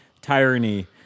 tyranny